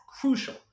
crucial